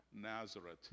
Nazareth